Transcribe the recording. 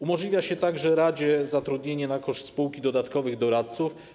Umożliwia się także radzie zatrudnienie na koszt spółki dodatkowych doradców.